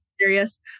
serious